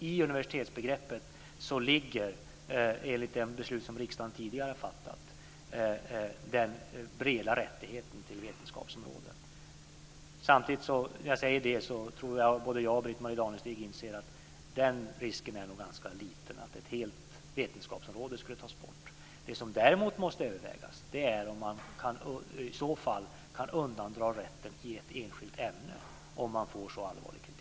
I universitetsbegreppet ligger, enligt beslut som riksdagen tidigare har fattat, den breda rättigheten till vetenskapsområdet. Jag tror att vi båda, Britt-Marie Danestig, inser att risken nog är ganska liten att ett helt vetenskapsområde skulle tas bort. Vad som däremot måste övervägas är om man kan undandra rätten i ett enskilt ämne om det riktas så allvarlig kritik.